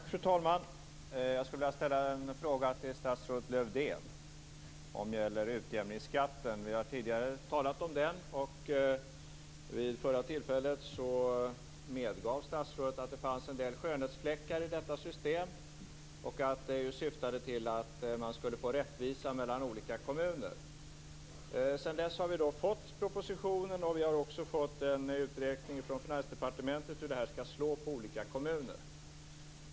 Fru talman! Jag skulle vilja ställa en fråga till statsrådet Lövdén som gäller utjämningsskatten. Vi har tidigare talat om den. Vid det förra tillfället medgav statsrådet att det fanns en del skönhetsfläckar i detta system och att det syftade till att man skulle få rättvisa mellan olika kommuner. Sedan dess har vi fått propositionen. Vi har också fått en uträkning från Finansdepartementet hur det skall slå på olika kommuner.